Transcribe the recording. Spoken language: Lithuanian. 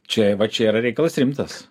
čia va čia yra reikalas rimtas